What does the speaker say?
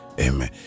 Amen